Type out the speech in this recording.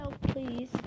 please